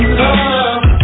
love